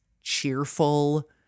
cheerful